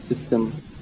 system